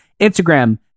Instagram